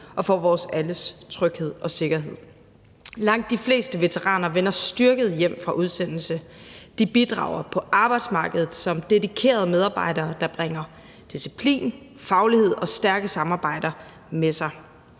og for vores alles tryghed og sikkerhed. Langt de fleste veteraner vender styrkede hjem fra udsendelse. De bidrager på arbejdsmarkedet som dedikerede medarbejdere, der bringer disciplin, faglighed og stærke samarbejder med sig.